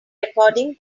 recording